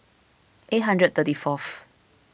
eight hundred thirty fourth